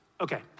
Okay